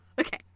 Okay